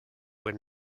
were